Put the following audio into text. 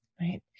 right